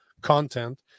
content